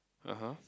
(uh huh)